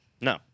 No